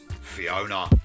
Fiona